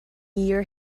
year